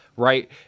Right